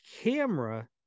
camera